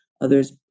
Others